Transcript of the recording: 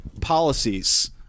policies